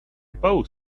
both